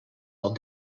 all